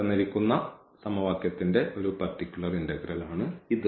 തന്നിരിക്കുന്ന സമവാക്യത്തിന്റെ ഒരു പർട്ടിക്കുലർ ഇന്റഗ്രൽ ആണ് ഇത്